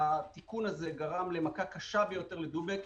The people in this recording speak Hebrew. התיקון הזה גרם למכה קשה ביותר ל"דובק",